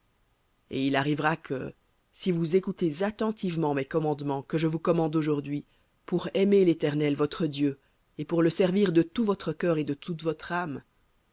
et il arrivera que si vous écoutez attentivement mes commandements que je vous commande aujourd'hui pour aimer l'éternel votre dieu et pour le servir de tout votre cœur et de toute votre âme